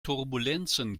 turbulenzen